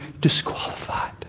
disqualified